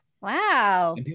Wow